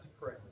pray